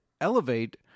elevate